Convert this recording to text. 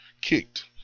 kicked